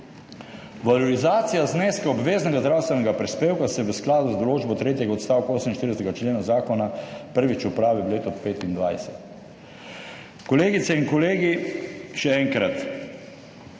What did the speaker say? Valorizacija zneska obveznega zdravstvenega prispevka se v skladu z določbo tretjega odstavka 48. člena zakona prvič opravi v letu 2025.« Kolegice in kolegi, še enkrat.